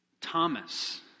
Thomas